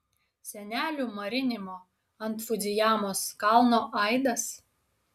senelių marinimo ant fudzijamos kalno aidas